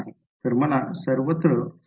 तर मला सर्वत्र फील्ड शोधायचा आहे